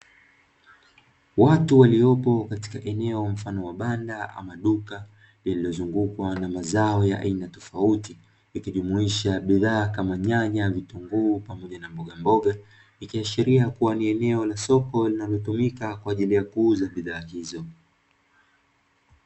Watu waliopo katika eneo mfano wa banda ama duka lililozungukwa na mazao ya aina tofauti ikijumuisha bidhaa kama nyanya, vitunguu, pamoja na mboga mboga ikiashiria kua ni eneo la soko linalotumika kwa ajili ya kuuza bidhaa hizo.